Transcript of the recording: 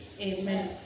amen